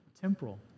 temporal